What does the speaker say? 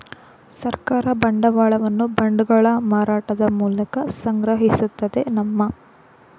ಸರ್ಕಾರ ಬಂಡವಾಳವನ್ನು ಬಾಂಡ್ಗಳ ಮಾರಾಟದ ಮೂಲಕ ಸಂಗ್ರಹಿಸುತ್ತದೆ ನಮ್ಮ